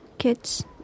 kids